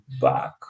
back